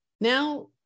Now